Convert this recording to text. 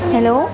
hello